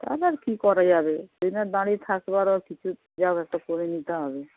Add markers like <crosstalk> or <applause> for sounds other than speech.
তাহলে আর কি করা যাবে <unintelligible> দাঁড়িয়ে থাকবারও আর কিছু যাওয় একটা করে নিতে হবে